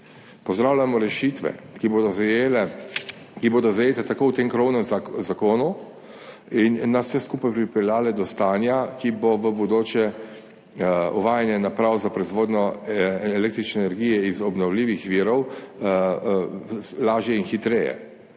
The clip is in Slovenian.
Pozdravljamo rešitve, ki bodo zajete tako v tem krovnem zakonu in nas vse skupaj pripeljale do stanja, ki bo v bodoče uvajanje naprav za proizvodnjo električne energije iz obnovljivih virov lažje in hitreje.